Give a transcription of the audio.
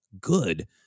good